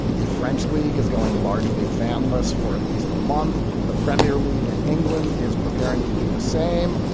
the french league is going largely families for at least a month. the premier league in england is preparing to do the same.